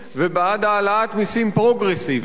ובעד העלאת מסים פרוגרסיביים.